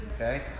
Okay